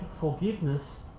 forgiveness